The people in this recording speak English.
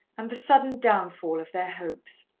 and the sudden downfall of their hopes.